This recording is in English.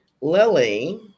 Lily